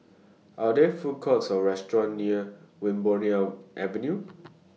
Are There Food Courts Or restaurants near Wilmonar Avenue